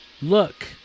look